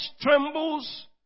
trembles